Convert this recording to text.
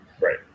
Right